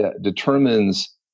determines